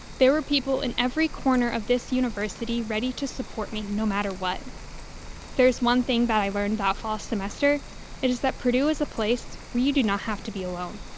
there were people in every corner of this university university ready to support me no matter what. if there's one thing that i learned that fall semester it is that purdue is a place where you do not have to be alone.